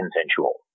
consensual